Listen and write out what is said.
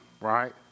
right